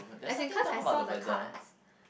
as it cause I saw the cards